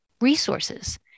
resources